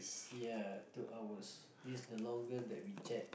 ya two hours this the longer that we check